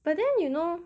but then you know